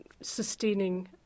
sustaining